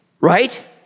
Right